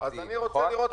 נכון?